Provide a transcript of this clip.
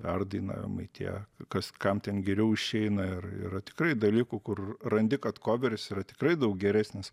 perdainavimai tie kas kam ten geriau išeina ir yra tikrai dalykų kur randi kad koveris yra tikrai daug geresnis